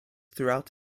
throughout